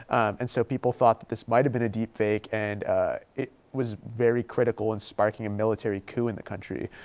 and so people thought that this might've been a deep fake and it was very critical in sparking a military coup in the country.